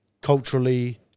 culturally